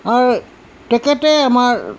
আৰু তেখেতে আমাৰ